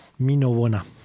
Minovona